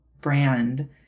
brand